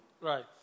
right